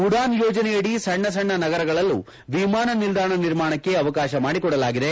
ಉಡಾನ್ ಯೋಜನೆಯಡಿ ಸಣ್ಣ ಸಣ್ಣ ನಗರಗಳಲ್ಲೂ ವಿಮಾನ ನಿಲ್ಲಾಣ ನಿರ್ಮಾಣಕ್ಕೆ ಅವಕಾಶ ಮಾಡಿಕೊಡಲಾಗಿದೆ